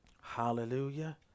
hallelujah